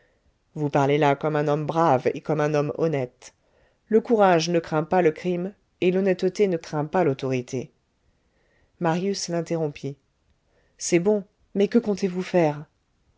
vous parlez là comme un homme brave et comme un homme honnête le courage ne craint pas le crime et l'honnêteté ne craint pas l'autorité marius l'interrompit c'est bon mais que comptez-vous faire